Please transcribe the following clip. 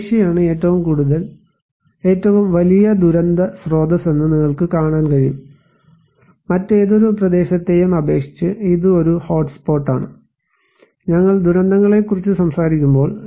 ഏഷ്യയാണ് ഏറ്റവും വലിയ ദുരന്ത സ്രോതസ്സെന്ന് നിങ്ങൾക്ക് കാണാൻ കഴിയും മറ്റേതൊരു പ്രദേശത്തെയും അപേക്ഷിച്ച് ഇത് ഒരു ഹോട്ട്സ്പോട്ടാണ് ഞങ്ങൾ ദുരന്തങ്ങളെക്കുറിച്ച് സംസാരിക്കുമ്പോൾ